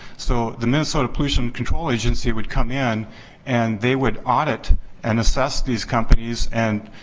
so, the minnesota pollution control agency would come in and they would audit and assess these companies and,